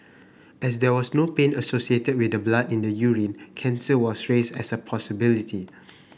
as there was no pain associated with the blood in the urine cancer was raised as a possibility